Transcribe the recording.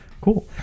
Cool